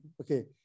Okay